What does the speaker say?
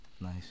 Nice